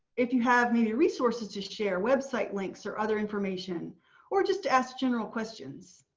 if you have any resources to share website links or other information or just ask general questions.